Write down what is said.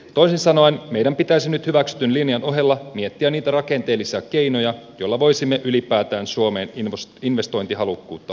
toisin sanoen meidän pitäisi nyt hyväksytyn linjan ohella miettiä niitä rakenteellisia keinoja joilla voisimme ylipäätään suomeen investointihalukkuutta lisätä